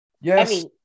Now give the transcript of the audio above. Yes